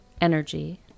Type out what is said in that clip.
energy